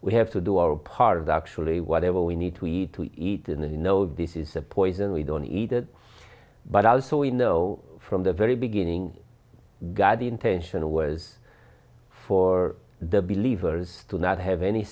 we have to do our part of actually whatever we need to eat to eat and you know this is a poison we don't eat it but also we know from the very beginning god the intention was for the believers to not have any